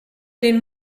den